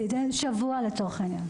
שבוע, לצורך העניין.